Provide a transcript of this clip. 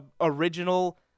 original